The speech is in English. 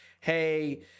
Hey